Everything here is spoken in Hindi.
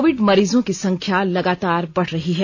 कोविड मरीजों की संख्या लगातार बढ़ रही है